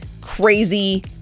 crazy